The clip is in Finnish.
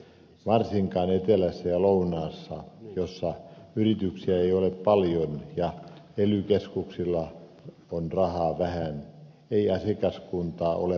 varsinkaan etelässä ja lounaassa jossa yrityksiä ei ole paljon ja ely keskuksilla on rahaa vähän ei asiakaskuntaa ole paljoakaan